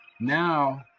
now